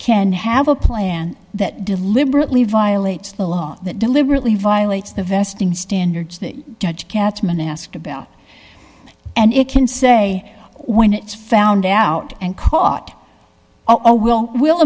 can have a plan that deliberately violates the law that deliberately violates the vesting standards that judge katzman asked about and it can say when it's found out and caught our will will